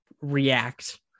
react